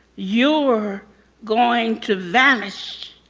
you're going to vanish.